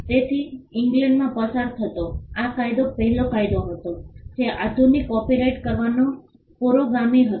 તેથી ઇંગ્લેન્ડમાં પસાર થતો આ પહેલો કાયદો હતો જે આધુનિક કોપિરાઇટ કાયદાનો પુરોગામી હતો